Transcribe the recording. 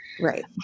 right